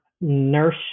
nurse